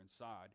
inside